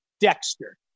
Dexter